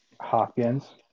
Hopkins